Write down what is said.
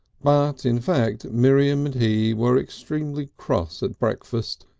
but, in fact, miriam and he were extremely cross at breakfast,